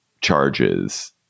charges